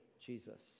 Jesus